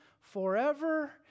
forever